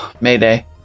Mayday